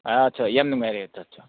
ꯑꯠꯆꯥ ꯌꯥꯝ ꯅꯨꯡꯉꯥꯏꯔꯦ ꯑꯠꯆꯥ ꯑꯠꯆꯥ